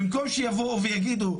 במקום שיבואו ויגידו,